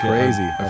Crazy